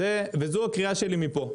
זו הקריאה שלי מפה,